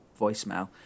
voicemail